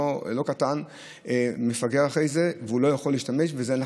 קטן מפגר אחרי זה והוא לא יכול להשתמש בזה.